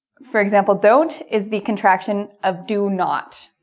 for example, don't is the contraction of do not.